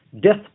death